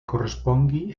correspongui